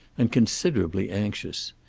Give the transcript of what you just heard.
and considerably anxious.